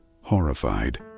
horrified